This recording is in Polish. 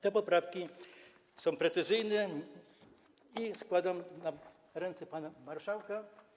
Te poprawki są precyzyjne i składam je na ręce pana marszałka.